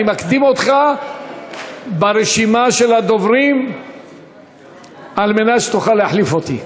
אני מקדים אותך ברשימה של הדוברים על מנת שתוכל להחליף אותי.